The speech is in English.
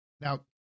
now